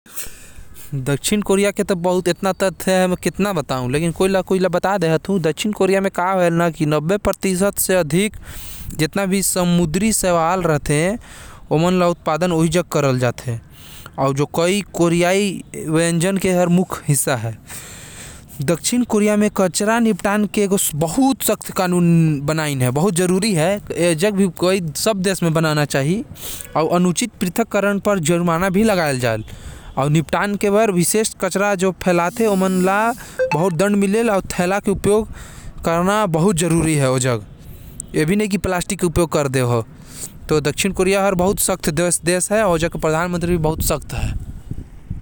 दक्षिण कोरिया म नब्बे प्रतिशत समुंद्री सवार के उत्पादन होथे। कचरा निपटाए बर बहुत तगड़ा कानून होथे ओमन के अउ ऐ हर व्यंजन के मुख्य हिस्सा हवे। वहा थैला के उपयोग होथे अउ नही करे बर जुर्माना लगथे।